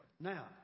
Now